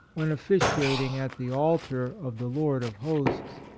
when officiating at the altar of the lord of hosts.